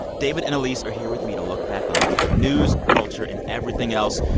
david and elise are here with me to look back on the week of news, culture and everything else.